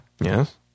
Yes